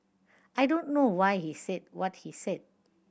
I don't know why he said what he said